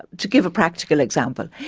to give a practical example,